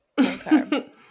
Okay